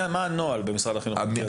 מה הנוהל במשרד החינוך במקרה כזה?